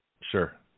Sure